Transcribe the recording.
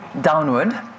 downward